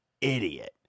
idiot